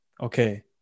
okay